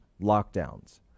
lockdowns